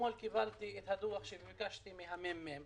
אתמול קיבלתי את הדוח שביקשתי ממרכז המחקר